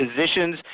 positions